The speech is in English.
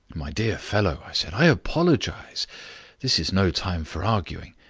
my dear fellow, i said, i apologize this is no time for arguing.